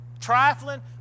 trifling